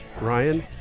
Ryan